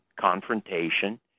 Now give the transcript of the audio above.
confrontation